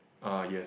uh yes